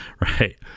right